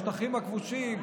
בשטחים הכבושים.